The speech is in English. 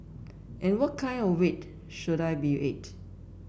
and what kind of weight should I be at